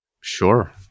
Sure